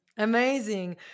amazing